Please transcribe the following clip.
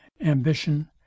ambition